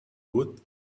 woot